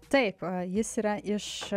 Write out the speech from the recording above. taip jis yra iš